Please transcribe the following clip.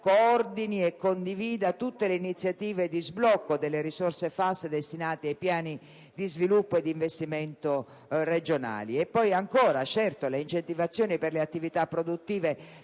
coordini e condivida tutte le iniziative di sblocco delle risorse FAS destinate ai piani di sviluppo e di investimento regionali. Ancora, certo, le incentivazioni per le attività produttive